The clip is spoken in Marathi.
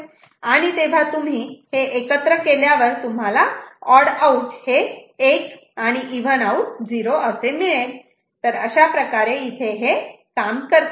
आणि तेव्हा तुम्ही एकत्र केल्यावर तुम्हाला ऑड आऊट हे 1 आणि इव्हन आऊट 0 असे मिळेल तर हे अशाप्रकारे काम करते